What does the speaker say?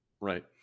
right